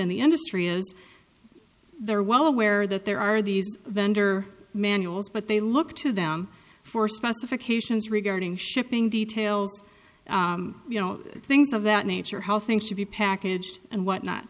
in the industry is they're well aware that there are these vendor manuals but they look to them for specifications regarding shipping details you know things of that nature how things should be packaged and what not